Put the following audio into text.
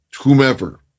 whomever